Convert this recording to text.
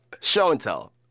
show-and-tell